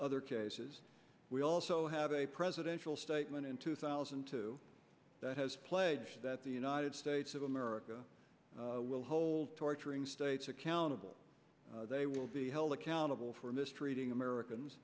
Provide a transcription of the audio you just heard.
other cases we also have a presidential statement in two thousand and two that has pledged that the united states of america will hold torturing states accountable they will be held accountable for mistreating americans